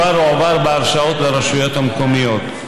כבר הועברו בהרשאות לרשויות המקומיות.